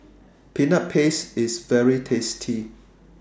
Peanut Paste IS very tasty